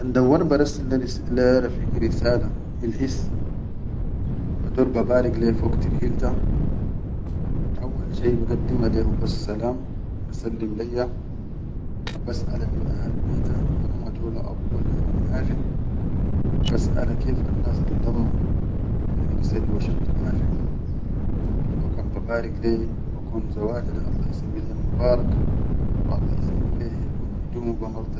Kan dawwar barassil le rafigi risala hil his bador babarik le fuk tirhilta, awwal shai bagaddime le hubas salam, basallim layya, wa basʼala min ahal betum, amma dola, abu dol, gadin afe, wa basʼal kef annas lamma fil irse di wa shatta afe, digo kan babarik le bekon zawja da Allah isawwi le mubarak wa Allah isawwi le helu idumu be.